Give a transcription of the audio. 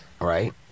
Right